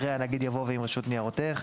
אחרי "הנגיד" יבוא "ועם רשות ניירות ערך".